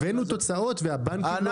הבאנו תוצאות, והבנקים לא מימשו את זה עדיין.